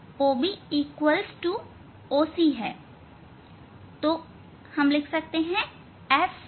OB OC है